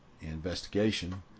investigation